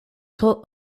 tro